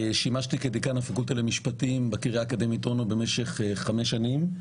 שימשתי כדיקן הפקולטה למשפטים בקריה האקדמית אונו במשך חמש שנים.